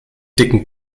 dicken